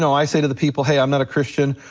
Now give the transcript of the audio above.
i say to the people hey, i'm not a christian,